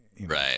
right